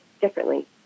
differently